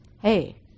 Hey